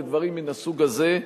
לדברים מן הסוג הזה.